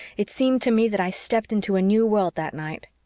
it seemed to me that i stepped into a new world that night.